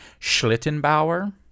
Schlittenbauer